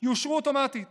יאושרו אוטומטית